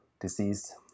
disease